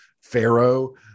Pharaoh